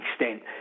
extent